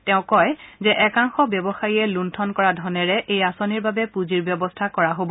তেওঁ কয় যে একাংশ ব্যৱসায়ীয়ে লুষ্ঠন কৰা ধনেৰে এই আঁচনিৰ বাবে পুঁজিৰ ব্যৱস্থা কৰা হ'ব